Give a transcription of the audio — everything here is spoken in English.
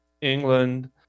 England